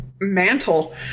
mantle